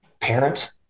parent